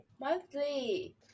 Monthly